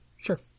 Sure